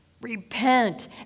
Repent